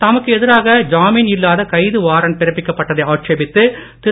தமக்கு எதிராக ஜாமின் இல்லாத கைது வாரண்ட் பிறப்பிக்கப்பட்டதை ஆட்சேபித்து திரு